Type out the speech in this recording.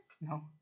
No